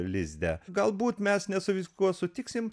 lizde galbūt mes ne su viskuo sutiksim